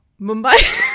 Mumbai